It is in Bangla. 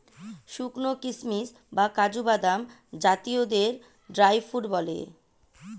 শুকানো কিশমিশ বা কাজু বাদাম জাতীয়দের ড্রাই ফ্রুট বলে